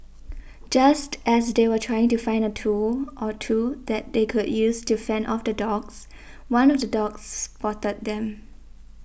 just as they were trying to find a tool or two that they could use to fend off the dogs one of the dogs spotted them